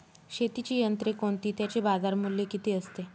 शेतीची यंत्रे कोणती? त्याचे बाजारमूल्य किती असते?